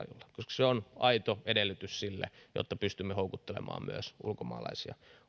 se on aito edellytys sille että pystymme houkuttelemaan myös ulkomaalaisia